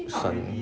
sun